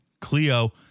Cleo